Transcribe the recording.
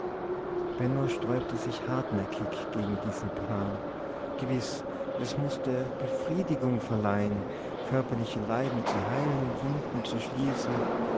sträubte sich hartnäckig gegen diesen plan gewiß es mußte befriedigung verleihen körperliche leiden zu heilen wunden zu schließen